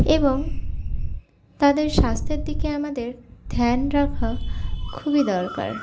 এবং তাদের স্বাস্থ্যের দিকে আমাদের ধ্যান রাখা খুবই দরকার